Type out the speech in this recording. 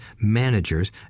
managers